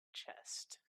chest